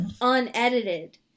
unedited